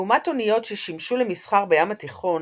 לעומת אוניות ששימשו למסחר בים התיכון,